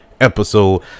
episode